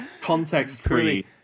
context-free